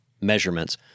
measurements